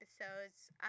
episodes